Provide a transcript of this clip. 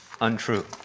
untrue